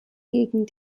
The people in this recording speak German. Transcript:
gegen